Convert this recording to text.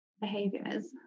behaviors